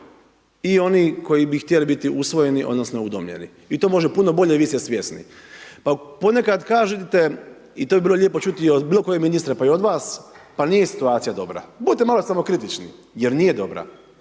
i oni koji bi htjeli biti usvojeni odnosno udomljeni. I to može puno bolje, vi ste svjesni. Pa ponekada kažete, i taj broj je lijepo čuti i od bilo kojeg ministra, pa i od vas, pa nije situacija dobra, budite malo samokritični, jer nije dobra.